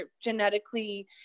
genetically